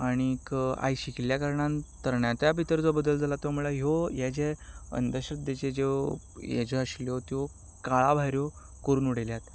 आनीक आयज शिकिल्ल्या कारणान तरणाट्यां भितर जो बदल जाला तो म्हणल्यार ह्यो हे जे अंधश्रद्धे च्यो हे ज्यो आशिल्ल्यो त्यो काळा भायऱ्यो करून उडयल्यात